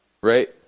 right